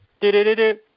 Do-do-do-do